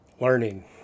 learning